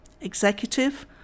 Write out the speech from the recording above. executive